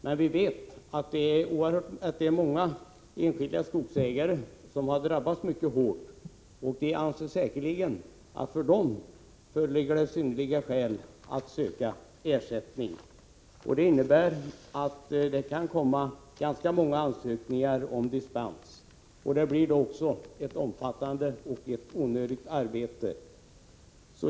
Men vi vet att det är många enskilda skogsägare som drabbats hårt, och de anser säkerligen att det för dem föreligger synnerliga skäl för att söka ersättning. Det kan alltså komma ganska många ansökningar om dispens, vilket innebär ett omfattande och onödigt arbete.